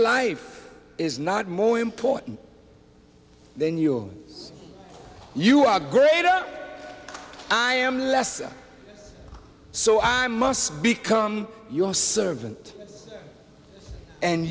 life is not more important then you you are greater i am so i must become your servant and